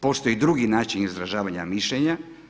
Postoji drugi način izražavanja mišljenja.